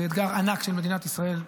זה אתגר ענק של מדינת ישראל.